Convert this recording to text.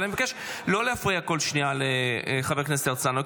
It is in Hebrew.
אבל אני מבקש לא להפריע כל שנייה לחבר הכנסת הרצנו,